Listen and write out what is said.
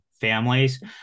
families